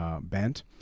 bent